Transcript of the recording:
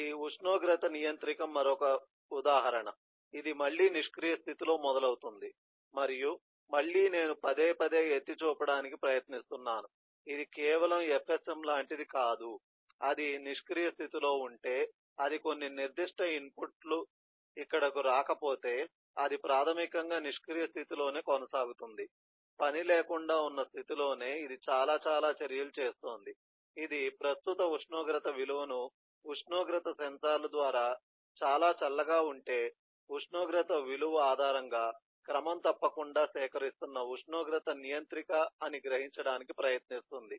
ఇది ఉష్ణోగ్రత నియంత్రిక మరొక ఉదాహరణ ఇది మళ్ళీ నిష్క్రియ స్థితిలో మొదలవుతుంది మరియు మళ్ళీ నేను పదేపదే ఎత్తి చూపడానికి ప్రయత్నిస్తున్నాను ఇది కేవలం FSM లాంటిది కాదు అది నిష్క్రియ స్థితిలో ఉంటే అది కొన్ని నిర్దిష్ట ఇన్పుట్ ఇక్కడకు రాకపోతే అది ప్రాథమికంగా నిష్క్రియ స్థితిలోనే కొనసాగుతుంది పనిలేకుండా ఉన్న స్థితిలోనే ఇది చాలా చర్యలు చేస్తోంది ఇది ప్రస్తుత ఉష్ణోగ్రత విలువను ఉష్ణోగ్రత సెన్సార్లు ద్వారా చాలా చల్లగా ఉంటే ఉష్ణోగ్రత విలువ ఆధారంగా క్రమం తప్పకుండా సేకరిస్తున్న ఉష్ణోగ్రత నియంత్రిక అని గ్రహించడానికి ప్రయత్నిస్తుంది